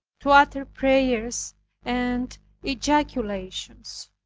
to utter prayers and ejaculations.